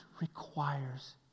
requires